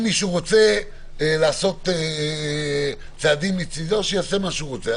אם משהו רוצה לעשות צעדים מצידו שיעשה מה שהא רוצה.